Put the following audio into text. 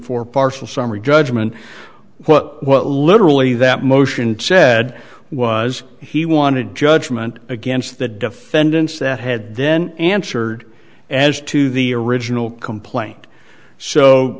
for partial summary judgment what literally that motion said was he wanted judgment against the defendants that had then answered as to the original complaint so